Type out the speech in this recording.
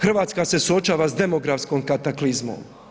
Hrvatska se suočava s demografskom kataklizmom.